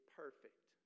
perfect